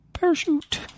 parachute